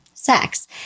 sex